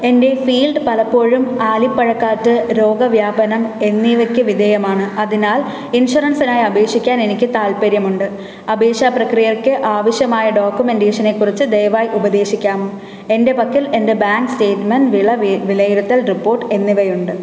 എൻ്റെ ഫീൽഡ് പലപ്പോഴും ആലിപ്പഴക്കാറ്റ് രോഗ വ്യാപനം എന്നിവയ്ക്ക് വിധേയമാണ് അതിനാൽ ഇൻഷുറൻസിനായി അപേക്ഷിക്കാൻ എനിക്ക് താൽപ്പര്യമുണ്ട് അപേക്ഷാ പ്രക്രിയയ്ക്ക് ആവശ്യമായ ഡോക്യുമെൻ്റേഷനെ കുറിച്ച് ദയവായി ഉപദേശിക്കാമോ എൻ്റെ പക്കൽ എൻ്റെ ബാങ്ക് സ്റ്റേറ്റ്മെൻ്റ് വിലയിരുത്തൽ റിപ്പോർട്ട് എന്നിവയുണ്ട്